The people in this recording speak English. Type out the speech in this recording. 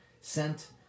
sent